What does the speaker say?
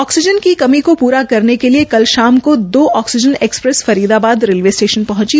oxygen की कमी को पूरा करने के लिए कल शाम दो oxygen express Faridabad railway station पहंची